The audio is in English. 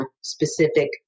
specific